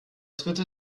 dritte